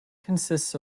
consists